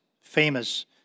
famous